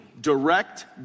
direct